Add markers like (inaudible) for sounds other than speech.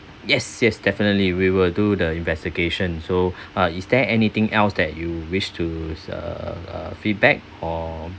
yes yes definitely we will do the investigation so (breath) uh is there anything else that you wish to uh uh feedback or